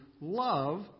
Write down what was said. Love